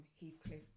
Heathcliff